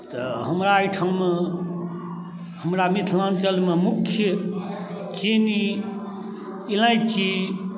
तऽ हमरा एहिठाम हमरा मिथिलाञ्चल मऽ मुख्य चीनी इलायची